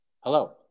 Hello